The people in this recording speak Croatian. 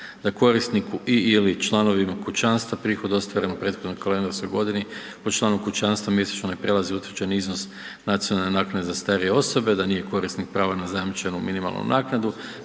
da korisniku i/ili članovima kućanstva prihod ostvaren u prethodnoj kalendarskoj godini po članu kućanstva mjesečno ne prelazi utvrđeni iznos nacionalne naknade za starije osobe, da nije korisnik prava na zajamčenu minimalnu naknadu